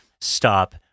stop